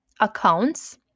accounts